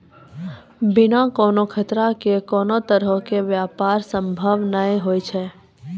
बिना कोनो खतरा के कोनो तरहो के व्यापार संभव नै होय छै